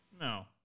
No